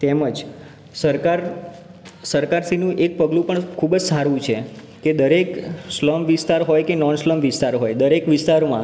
તેમજ સરકાર સરકારશ્રીનું એક પગલું પણ ખૂબ જ સારું છે કે દરેક સ્લમ વિસ્તાર હોય કે નૉન સ્લમ વિસ્તાર હોય દરેક વિસ્તારમાં